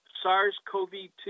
SARS-CoV-2